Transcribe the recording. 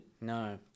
No